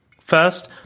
First